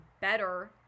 better